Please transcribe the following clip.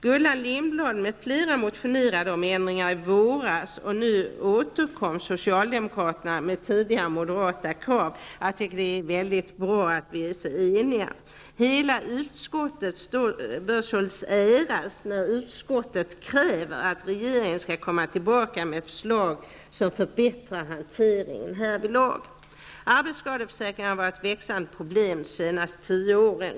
Gullan Lindblad och några andra motionerade i våras om ändringar i det avseendet, och nu återkommer socialdemokraterna med förslag som överensstämmer med tidigare krav från moderaterna. Det är väldigt bra att vi är så eniga. Hela utskottet bör således äras när nu utskottet kräver att regeringen skall återkomma med förslag som syftar till en bättre hantering härvidlag. Arbetsskadeförsäkringen har varit ett växande problem under de senaste tio åren.